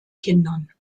kindern